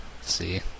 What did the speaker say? See